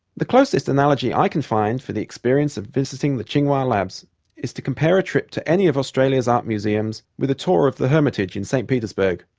the closest analogy that i can find for the experience of visiting the tsinghua labs is to compare a trip to any of australia's art museums with a tour of the hermitage in st petersburg,